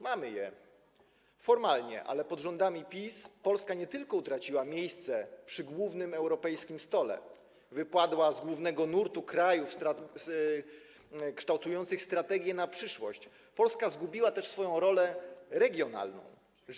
Mamy je formalnie, ale pod rządami PiS Polska nie tylko utraciła miejsce przy głównym europejskim stole, wypadła z głównego nurtu krajów kształtujących strategię na przyszłość, ale zagubiła też swoją regionalną rolę.